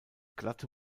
glatte